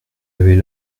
avait